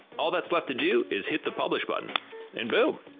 all that's left to do is hit the publish button and boom.